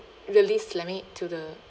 really slamming it to the